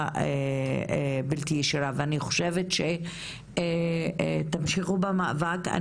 בלתי ישירה" ואני חושבת שצריך שתמשיכו במאבק הזה.